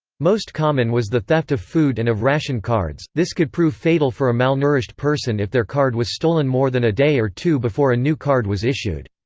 most common was the theft of food and of ration cards this could prove fatal for a malnourished person if their card was stolen more than a day or two before a new card was issued.